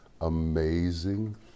amazing